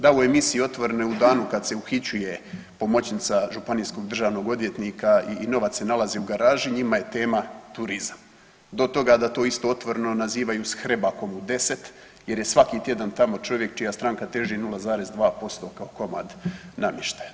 Da u emisiji „Otvoreno“ u danu kad se uhićuje pomoćnica županijskog državnog odvjetnika i novac se nalazi u garaži njima je tema turizam, do toga da to isto „Otvoreno“ nazivaju s Hrebakom u 10 jer je svaki tjedan tamo čovjek čija teži 0,2% kao komad namještaja.